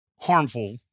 harmful